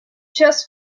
just